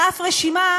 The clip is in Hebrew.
הכנסת,